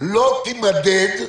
לא תימדד בתקופה,